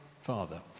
father